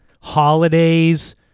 holidays